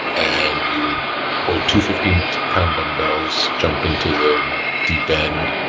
and you would hold two fifteen pound dumbbells, jump into the deep end,